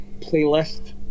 playlist